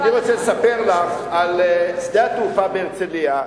אני רוצה לספר לך על שדה התעופה בהרצלייה,